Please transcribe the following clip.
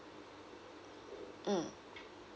mm